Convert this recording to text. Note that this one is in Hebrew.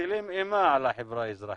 מטילים אימה על החברה האזרחית.